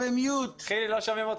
בגלל שכך נראית אחדות